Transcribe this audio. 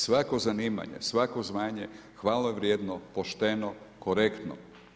Svako zanimanje, svako znanje, hvale je vrijedno, pošteno, korektno.